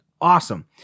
Awesome